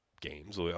games